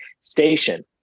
station